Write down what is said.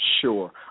Sure